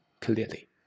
clearly